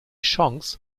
chance